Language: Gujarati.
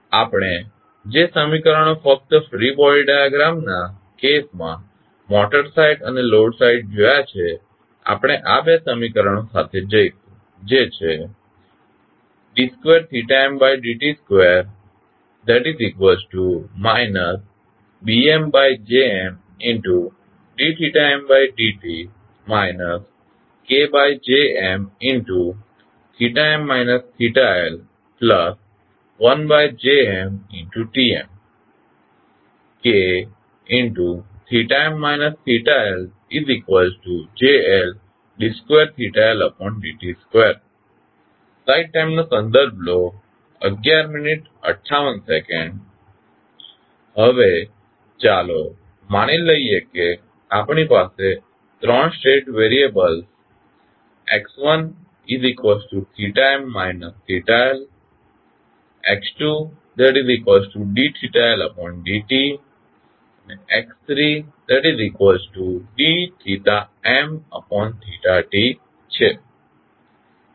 આપણે જે સમીકરણો ફક્ત ફ્રી બોડી ડાયાગ્રામના કેસમાં મોટર સાઇડ અને લોડ સાઇડ જોયા છે આપણે આ 2 સમીકરણો સાથે જઇશું જે છે d 2md t 2 BmJmd mtd t KJmmt Lt1JmTmt Kmt LJLd 2Ld t 2 હવે ચાલો માની લઈએ કે આપણી પાસે 3 state variables x1tmt Ltx2td Ltd t અને x3td md t છે